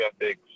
ethics